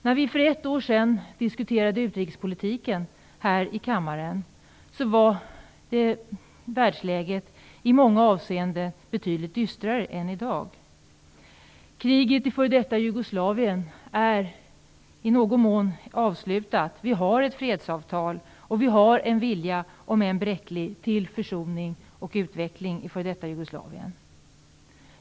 När vi för ett år sedan diskuterade utrikespolitiken här i kammaren var världsläget i många avseenden betydligt dystrare än i dag. Kriget i f.d. Jugoslavien är i någon mån avslutat. Vi har ett fredsavtal och en vilja, om än bräcklig, till försoning och utveckling i f.d. Jugoslavien.